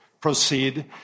Proceed